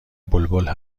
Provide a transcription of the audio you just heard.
بلبل